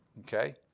Okay